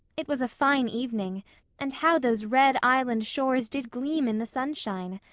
it was a fine evening and how those red island shores did gleam in the sunshine.